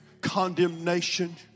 condemnation